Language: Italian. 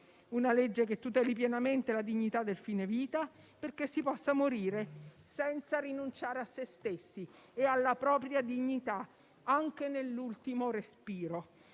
una legge che tuteli pienamente la dignità del fine vita, perché si possa morire senza rinunciare a se stessi e alla propria dignità, anche nell'ultimo respiro,